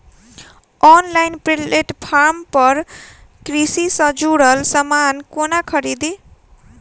Online platform पर कृषि सँ जुड़ल समान कोना खरीदी?